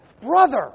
brother